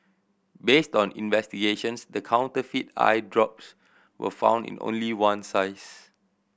based on investigations the counterfeit eye drops were found in only one size